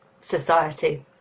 society